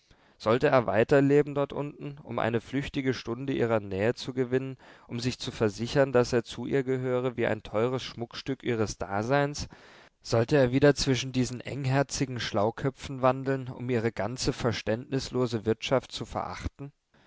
sollte er weiter leben dort unten um eine flüchtige stunde ihrer nähe zu gewinnen um sich zu versichern daß er zu ihr gehöre wie ein teures schmuckstück ihres daseins sollte er wieder zwischen diesen engherzigen schlauköpfen wandeln um ihre ganze verständnislose wirtschaft zu verachten